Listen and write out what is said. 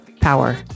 power